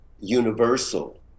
universal